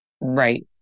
right